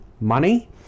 money